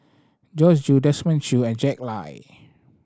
Joyce Jue Desmond Choo and Jack Lai